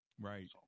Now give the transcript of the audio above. Right